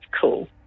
cool